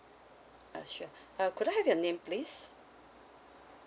ah sure uh could I have your name please